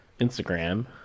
Instagram